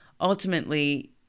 ultimately